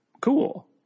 cool